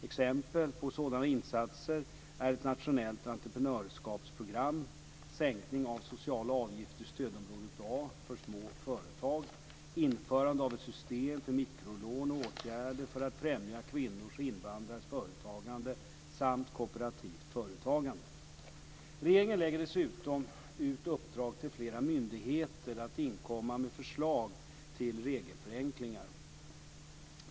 Exempel på sådana insatser är ett nationellt entreprenörskapsprogram, sänkning av sociala avgifter i stödområde A för små företag, införande av ett system för mikrolån och åtgärder för att främja kvinnors och invandrares företagande samt kooperativt företagande. Regeringen lägger dessutom ut uppdrag till flera myndigheter att inkomma med förslag till regelförenklingar.